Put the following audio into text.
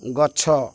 ଗଛ